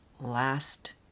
last